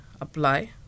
apply